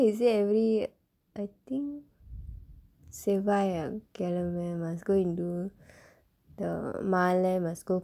is it every I think செவ்வாய்க்கிழமை:sevvaaykkizhamai must go and do the மாலை:maalai must go